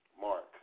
Mark